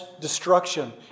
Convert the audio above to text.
destruction